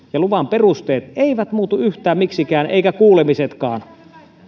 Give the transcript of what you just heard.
ja luvan perusteet eivät muutu yhtään miksikään eivätkä kuulemisetkaan